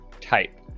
type